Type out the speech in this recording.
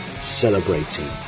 celebrating